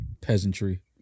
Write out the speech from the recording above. Peasantry